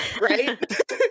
right